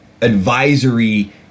advisory